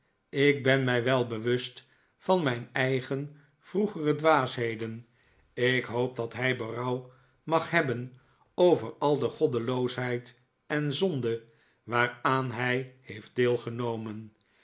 ik ben mij wel bewust van mijn eigen vroegere dwaasheden ik hoop dat hij berouw mag hebben over al de goddeloosheid en zonde waaraan hij heeft deelgenomen